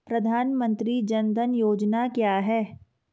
प्रधानमंत्री जन धन योजना क्या है?